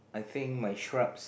I think my stripes